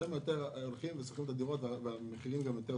אלא יותר שוכרים דירות, וגם המחירים יותר נמוכים.